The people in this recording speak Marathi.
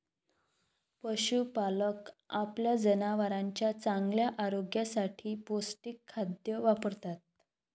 पशुपालक आपल्या जनावरांच्या चांगल्या आरोग्यासाठी पौष्टिक खाद्य वापरतात